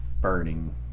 burning